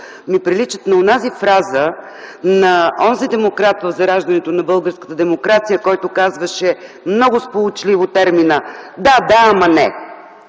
ми приличат на онази фраза на онзи демократ в зараждането на българската демокрация, който казваше много сполучливо термина „Да, да, ама не”.